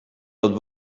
dat